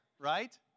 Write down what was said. right